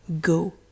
Go